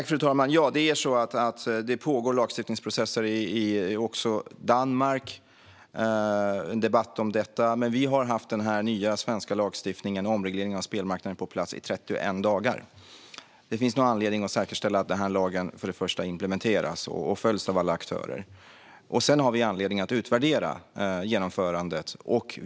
Fru talman! Det pågår lagstiftningsprocesser även i Danmark. Det förs en debatt om detta. Men vi har haft den här nya svenska lagstiftningen och omregleringen av spelmarknaden på plats i 31 dagar. Det finns nog först och främst anledning att säkerställa att denna lag implementeras och följs av alla aktörer. Sedan har vi anledning att utvärdera genomförandet.